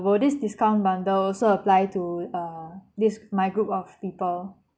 will this discount bundle also apply to uh this my group of people